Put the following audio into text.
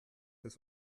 des